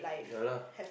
ya lah